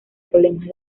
problemas